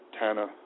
Tana